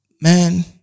man